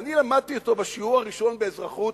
אני למדתי אותו בשיעור הראשון באזרחות,